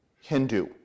Hindu